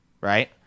right